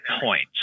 points